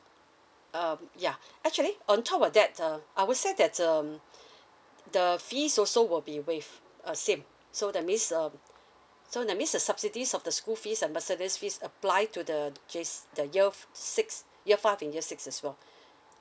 um ya actually on top of that uh I would say that um the fees also will be with uh same so that means um so that means the subsidies of the school fees and bursary fees apply to the J s~ the year six year five and year six as well